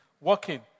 working